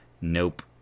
Nope